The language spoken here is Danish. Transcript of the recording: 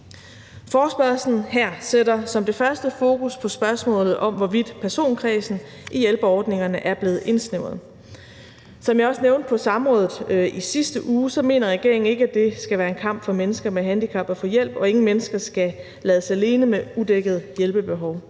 Forespørgslen her sætter som det første fokus på spørgsmålet om, hvorvidt personkredsen i hjælperordningerne er blevet indsnævret. Som jeg også nævnte på samrådet i sidste uge, så mener regeringen ikke, at det skal være en kamp for mennesker med handicap at få hjælp, og ingen mennesker skal lades alene med udækkede hjælpebehov.